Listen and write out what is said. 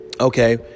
okay